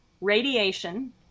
radiation